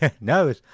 No